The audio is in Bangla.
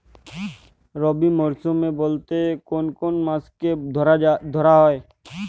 রবি মরশুম বলতে কোন কোন মাসকে ধরা হয়?